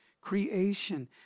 creation